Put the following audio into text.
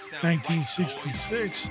1966